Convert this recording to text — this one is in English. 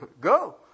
go